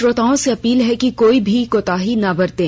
श्रोताओं से अपील है कि कोई भी कोताही ना बरतें